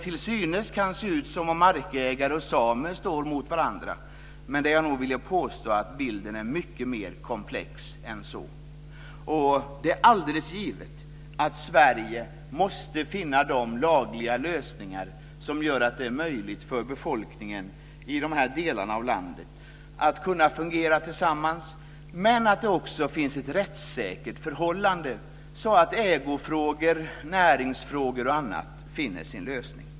Till synes kan det verka som om markägare och samer står emot varandra, men jag vill nog påstå att bilden är mycket mer komplex än så. Det är alldeles givet att Sverige måste finna de lagliga lösningar som gör det möjligt för befolkningen i de här delarna av landet att fungera tillsammans men också gör att det finns ett rättssäkert förhållande så att ägofrågor, näringsfrågor m.m. finner sin lösning.